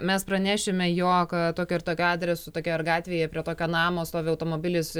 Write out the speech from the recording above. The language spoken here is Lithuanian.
mes pranešime jog tokiu ir tokiu adresu tokioj ir gatvėje prie tokio namo stovi automobilis